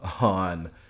on